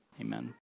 amen